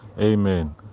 Amen